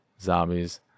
zombies